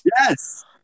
Yes